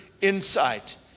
insight